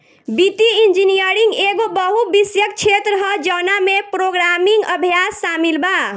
वित्तीय इंजीनियरिंग एगो बहु विषयक क्षेत्र ह जवना में प्रोग्रामिंग अभ्यास शामिल बा